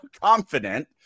confident